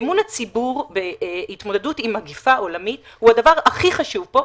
ואמון הציבור בהתמודדות עם מגפה עולמית הוא הדבר הכי חשוב פה,